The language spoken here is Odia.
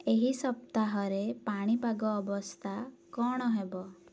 ଏହି ସପ୍ତାହରେ ପାଣିପାଗ ଅବସ୍ଥା କ'ଣ ହେବ